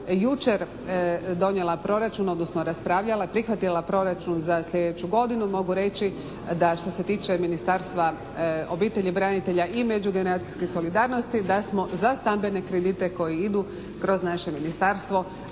jučer donijela proračun, odnosno raspravljala, prihvatila proračun za slijedeću godinu mogu reći da što se tiče Ministarstva obitelji, branitelja, i međugeneracijske solidarnosti da smo za stambene kredite koji idu kroz naše ministarstvo